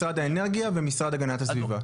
משרד האנרגיה ומשרד הגנת הסביבה.